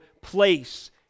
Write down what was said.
place